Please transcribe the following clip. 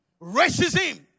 Racism